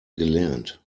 gelernt